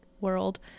world